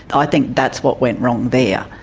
i think that's what went wrong there.